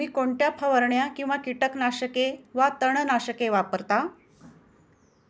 तुम्ही कोणत्या फवारण्या किंवा कीटकनाशके वा तणनाशके वापरता?